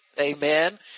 Amen